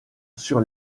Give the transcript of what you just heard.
sur